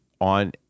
on